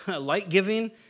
light-giving